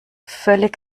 völlig